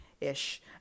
ish